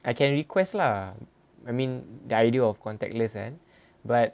I can request lah I mean the idea of contactless kan but